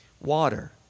water